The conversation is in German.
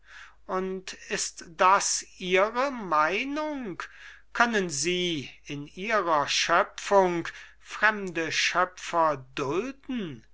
und ist das ihre meinung können sie in ihrer schöpfung fremde schöpfer dulden